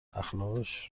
اخلاقش